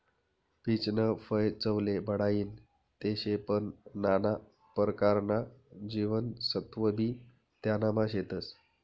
पीचनं फय चवले बढाईनं ते शे पन नाना परकारना जीवनसत्वबी त्यानामा शेतस